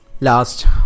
Last